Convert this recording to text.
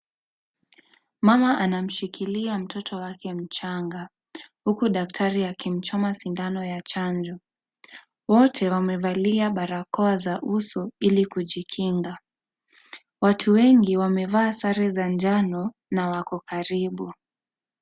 Mama anamshikilia mtoto wake mchanga huku daktari akimchoma sindano ya chanjo. Wote wamevalia barakoa za uso ili kujikinga. Watu wengi wameva sare za njano na na wako karibu.